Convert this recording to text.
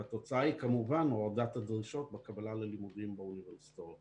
התוצאה היא כמובן הורדת הדרישות בקבלה ללימודים באוניברסיטאות